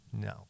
No